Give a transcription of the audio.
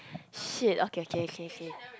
shit okay K K K